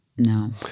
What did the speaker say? no